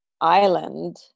island